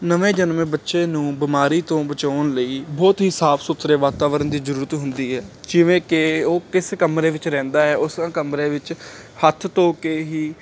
ਨਵੇਂ ਜਨਮੇ ਬੱਚੇ ਨੂੰ ਬਿਮਾਰੀ ਤੋਂ ਬਚਾਉਣ ਲਈ ਬਹੁਤ ਹੀ ਸਾਫ ਸੁਥਰੇ ਵਾਤਾਵਰਨ ਦੀ ਜ਼ਰੂਰਤ ਹੁੰਦੀ ਹੈ ਜਿਵੇਂ ਕਿ ਉਹ ਕਿਸ ਕਮਰੇ ਵਿੱਚ ਰਹਿੰਦਾ ਹੈ ਉਸ ਕਮਰੇ ਵਿੱਚ ਹੱਥ ਧੋ ਕੇ ਹੀ